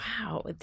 Wow